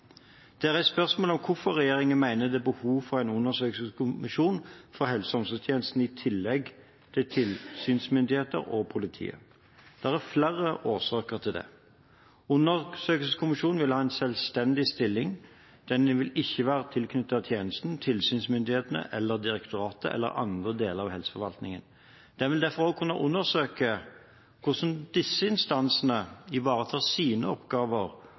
er reist spørsmål om hvorfor regjeringen mener det er behov for en undersøkelseskommisjon for helse- og omsorgstjenesten i tillegg til tilsynsmyndigheter og politi. Det er flere årsaker til det. Undersøkelseskommisjonen vil ha en selvstendig stilling. Den vil ikke være tilknyttet helsetjenesten, tilsynsmyndighetene, direktoratet eller andre deler av helseforvaltningen. Den vil derfor også kunne undersøke hvordan disse instansene ivaretar sine oppgaver,